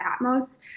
Atmos